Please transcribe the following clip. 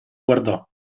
guardò